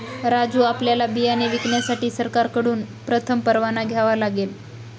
राजू आपल्याला बियाणे विकण्यासाठी सरकारकडून प्रथम परवाना घ्यावा लागेल